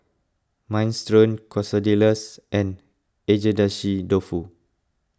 Minestrone Quesadillas and Agedashi Dofu